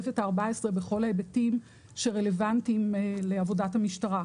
ארבע שנים אחרי כניסת החוק,